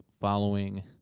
following